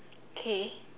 K